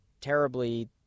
terribly